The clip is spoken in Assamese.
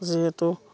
যিহেতু